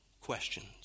questions